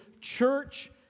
church